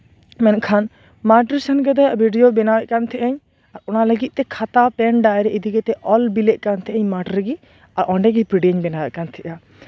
ᱢᱮᱱᱠᱷᱟᱱ ᱢᱟᱴᱷᱨᱮ ᱥᱮᱱ ᱠᱟᱛᱮᱫ ᱵᱷᱤᱰᱭᱳ ᱵᱮᱱᱟᱭᱮᱫ ᱠᱟᱱ ᱛᱟᱦᱮᱸᱱᱟᱹᱧ ᱚᱱᱟ ᱞᱟᱹᱜᱤᱫ ᱛᱮ ᱠᱷᱟᱛᱟ ᱯᱮᱱ ᱰᱟᱭᱴᱨᱤ ᱤᱫᱤ ᱠᱟᱛᱮᱫ ᱚᱞᱵᱤᱞᱮᱫ ᱠᱟᱱ ᱛᱟᱦᱮᱱᱤᱧ ᱢᱟᱴᱷ ᱨᱮᱜᱮ ᱟᱨ ᱚᱸᱰᱮᱜᱮ ᱵᱷᱤᱰᱭᱳᱧ ᱵᱮᱱᱟᱣᱭᱮᱫ ᱛᱟᱦᱮᱸᱱᱟ